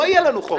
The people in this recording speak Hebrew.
לא יהיה לנו חוק.